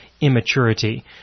immaturity